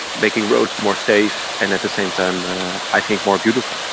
making roads more safe and at the same time i think more beautiful.